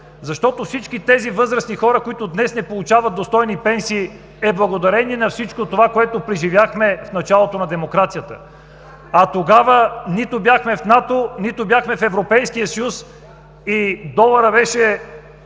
защото всички тези възрастни хора, които днес не получават достойни пенсии, е благодарение на всичко това, което преживяхме в началото на демокрацията. А тогава нито бяхме в НАТО, нито бяхме в Европейския съюз и един долар беше